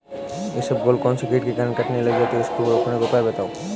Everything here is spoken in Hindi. इसबगोल कौनसे कीट के कारण कटने लग जाती है उसको रोकने के उपाय बताओ?